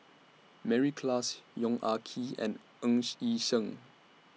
Mary Klass Yong Ah Kee and Ng Yi Sheng